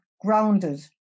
grounded